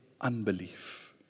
unbelief